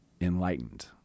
enlightened